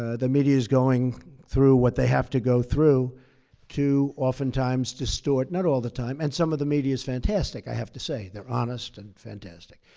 ah the media is going through what they have to go through to oftentimes distort not all the time and some of the media is fantastic, i have to say they're honest and fantastic.